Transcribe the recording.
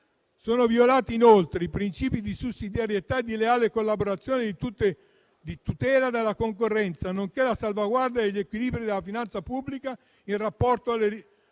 Sono violati inoltre i principi di sussidiarietà, di leale collaborazione e di tutela della concorrenza, nonché la salvaguardia degli equilibri della finanza pubblica in rapporto alle risorse